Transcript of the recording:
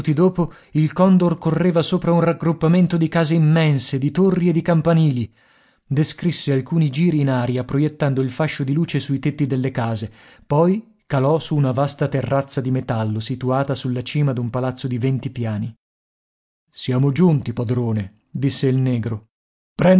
dopo il condor correva sopra un raggruppamento di case immense di torri e di campanili descrisse alcuni giri in aria proiettando il fascio di luce sui tetti delle case poi calò su una vasta terrazza di metallo situata sulla cima d'un palazzo di venti piani siamo giunti padrone disse il negro